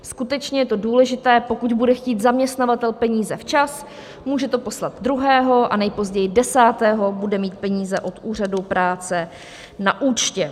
Skutečně je to důležité pokud bude chtít zaměstnavatel peníze včas, může to poslat 2. a nejpozději 10. bude mít peníze od úřadu práce na účtě.